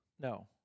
No